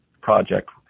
project